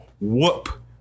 whoop